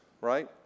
right